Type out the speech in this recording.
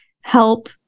help